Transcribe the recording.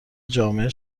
جامعه